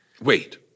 Wait